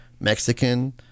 Mexican